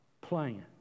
plan